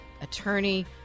attorney